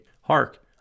Hark